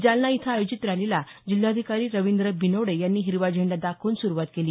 जालना इथं आयोजित रॅलीला जिल्हाधिकारी रविंद्र बिनवडे यांनी हिरवा झेंडा दाखवून सुरुवात केली